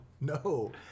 No